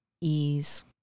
ease